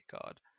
card